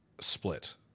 split